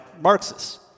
Marxists